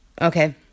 Okay